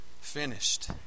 finished